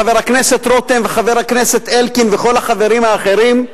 חבר הכנסת רותם וחבר הכנסת אלקין וכל החברים האחרים: